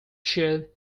shared